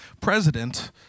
president